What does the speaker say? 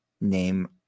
name